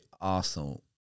Arsenal